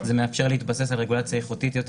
זה מאפשר להתבסס על רגולציה איכותית יותר